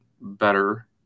better